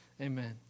Amen